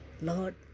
Lord